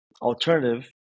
alternative